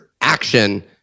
action